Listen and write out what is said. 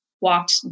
walked